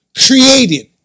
created